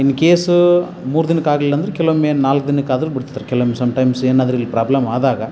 ಇನ್ case ಮೂರು ದಿನಕ್ಕೆ ಆಗ್ಲಿಲ್ಲಾಂದ್ರೆ ಕೆಲವೊಮ್ಮೆ ನಾಲ್ಕು ದಿನಕ್ಕಾದರೂ ಬಿಡ್ತಿದ್ರು ಕೆಲವೊಮ್ಮೆ ಸಮ್ಟೈಮ್ಸ್ ಏನಾದ್ರೂ ಇಲ್ಲಿ ಪ್ರಾಬ್ಲಮ್ ಆದಾಗ